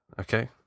Okay